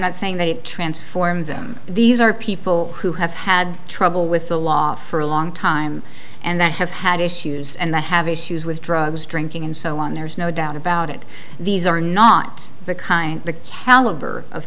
not saying they transform them these are people who have had trouble with the law for a long time and have had issues and the have issues with drugs drinking and so on there's no doubt about it these are not the kind the caliber of